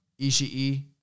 Ishii